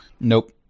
Nope